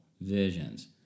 visions